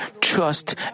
trust